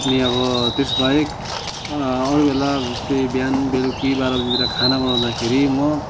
अनि अब त्यस बाहेक अरू बेला जस्तै बिहान बेलुकी बाह्र बजीतिर खाना बनाउँदाखेरि म